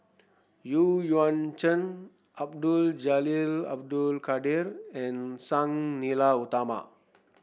Yuan Zhen Abdul Jalil Abdul Kadir and Sang Nila Utama